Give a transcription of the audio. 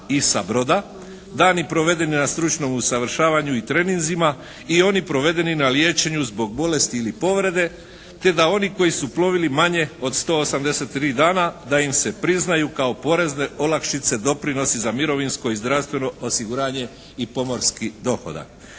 ISA broda, dani provedeni na stručnom usavršavanju i treninzima i oni provedeni na liječenju zbog bolesti ili povrede te da oni koji plovili manje od 183 dana da im se priznaju kao porezne olakšice doprinosi za mirovinsko i zdravstveno osiguranje i pomorski dohodak.